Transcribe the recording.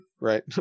right